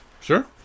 Sure